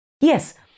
Yes